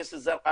ג'סר א-זרקא,